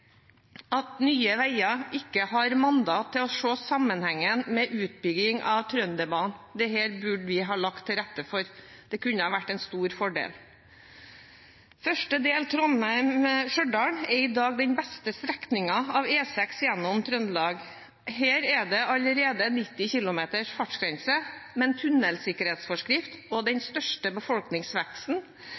at Nye Veier ikke har mandat til å se sammenhengen med utbygging av Trønderbanen. Dette burde vi ha lagt til rette for. Det kunne ha vært en stor fordel. Første del, Trondheim–Stjørdal, er i dag den beste strekningen på E6 gjennom Trøndelag. Her er det allerede fartsgrense 90 km/t. Men tunnelsikkerhetsforskriften og det at den største befolkningsveksten